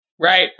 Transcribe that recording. Right